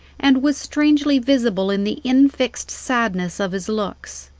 and was strangely visible in the infixed sadness of his looks.